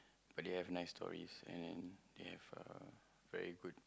but they have nice stories and they have uh very good